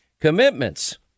commitments